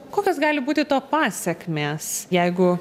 kokios gali būti to pasekmės jeigu